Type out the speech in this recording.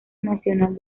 nacional